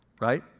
right